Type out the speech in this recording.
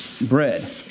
bread